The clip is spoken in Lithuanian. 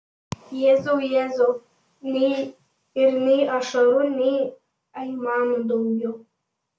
jėzau jėzau ir nei ašarų nei aimanų daugiau